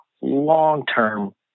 long-term